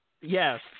Yes